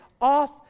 off